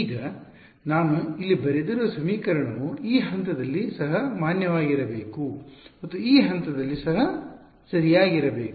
ಈಗ ನಾನು ಇಲ್ಲಿ ಬರೆದಿರುವ ಈ ಸಮೀಕರಣವು ಈ ಹಂತದಲ್ಲಿ ಸಹ ಮಾನ್ಯವಾಗಿರಬೇಕು ಮತ್ತು ಈ ಹಂತದಲ್ಲಿ ಸಹ ಸರಿಯಾಗಿರಬೇಕು